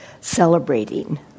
celebrating